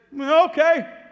okay